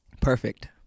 perfect